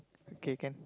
okay can